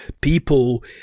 people